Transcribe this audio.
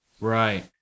Right